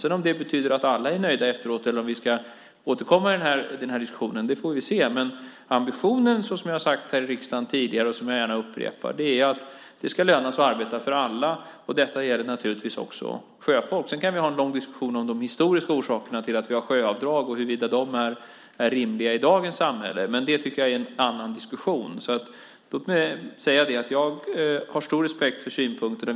Om det sedan betyder att alla är nöjda efteråt eller om vi ska återkomma i den här diskussionen får vi se. Ambitionen är, som jag har sagt här i riksdagen tidigare och som jag gärna upprepar, att det ska löna sig att arbeta för alla. Detta gäller naturligtvis också sjöfolk. Sedan kan vi ha en lång diskussion om de historiska orsakerna till att vi har sjöavdrag och huruvida de är rimliga i dagens samhälle, men det är en annan diskussion. Jag har stor respekt för synpunkterna.